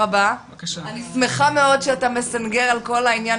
אני שמחה מאוד שאתה מסנגר על כל העניין